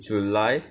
july